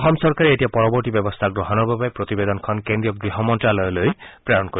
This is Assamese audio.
অসম চৰকাৰে এতিয়া পৰৱৰ্তী ব্যৱস্থা গ্ৰহণৰ বাবে প্ৰতিবেদনখন কেন্দ্ৰীয় গৃহ মন্ত্ৰ্যালয়লৈ প্ৰেৰণ কৰিব